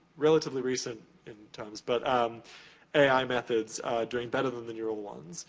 relatively recent in terms, but um ai methods doing better than the neuro ones.